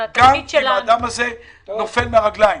גם אם האדם הזה נופל מן הרגליים.